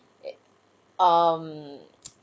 it um